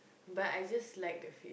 but I just like the feel